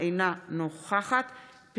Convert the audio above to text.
אינה נוכחת עאידה תומא סלימאן,